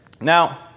Now